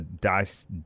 Dice